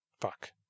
fuck